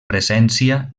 presència